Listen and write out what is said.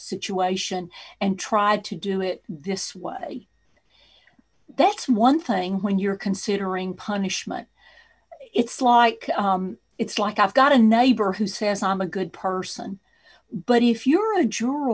situation and tried to do it this way that's one thing when you're considering punishment it's like it's like i've got a neighbor who says i'm a good person but if you're a juror